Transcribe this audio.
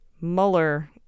Mueller